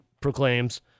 proclaims